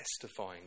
testifying